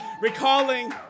recalling